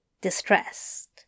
distressed